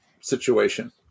situation